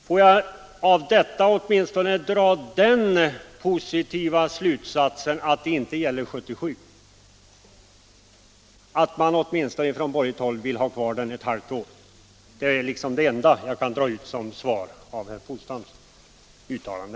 Låg mit av detta åtminstone dra den positiva slutsatsen att Ulriksfors inte skall läggas ned 1977, att man från borgerligt håll åtminstone vill ha den kvar ett halvt år. Det är den enda slutsats jag kan dra av herr Polstams uttalande.